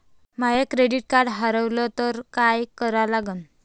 माय credit card हारवलं तर काय करा लागन?